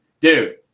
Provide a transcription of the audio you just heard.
Dude